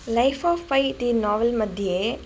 life of Pi इति novel मध्ये